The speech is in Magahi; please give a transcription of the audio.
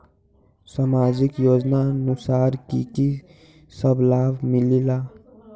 समाजिक योजनानुसार कि कि सब लाब मिलीला?